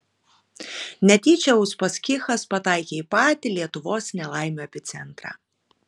netyčia uspaskichas pataikė į patį lietuvos nelaimių epicentrą